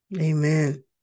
Amen